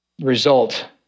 Result